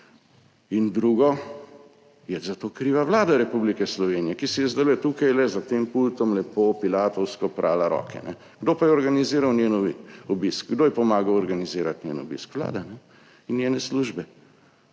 In drugo, je za to kriva Vlada Republike Slovenije, ki si je zdaj tukaj za tem pultom lepo Pilatovsko prala roke. Kdo pa je organiziral njen obisk? Kdo je pomagal organizirati njen obisk? Vlade in njene službe.